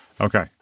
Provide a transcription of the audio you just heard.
Okay